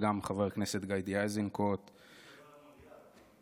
שגם חבר הכנסת גדי איזנקוט --- חשבתי שתדבר על המונדיאל.